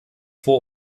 vor